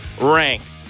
ranked